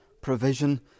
provision